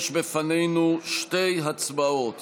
יש בפנינו שתי הצבעות